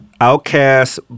Outcast